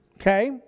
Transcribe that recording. okay